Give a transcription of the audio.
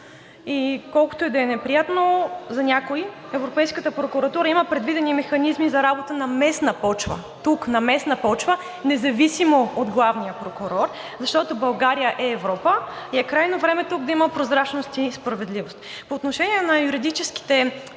Колкото и да е неприятно за някои, Европейската прокуратура има предвидени механизми за работа на местна почва. Тук, на местна почва, независимо от главния прокурор, защото България е Европа и е крайно време тук да има прозрачност и справедливост. По отношение на юридическите